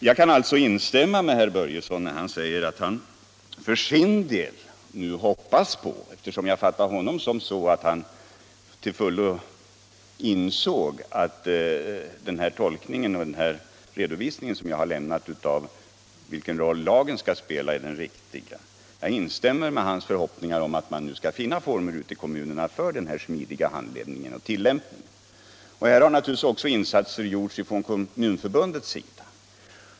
Jag fattade det så att herr Börjesson i Falköping till fullo insåg att den tolkning och den redovisning som jag har lämnat av den roll renhållningslagen skall spela är den riktiga. Jag instämmer i hans förhoppningar att man ute i kommunerna skall finna former för en smidig tilllämpning. Insatser har naturligtvis också gjorts från Kommunförbundets sida.